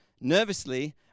Nervously